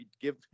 give